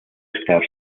estar